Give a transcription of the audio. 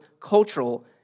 cultural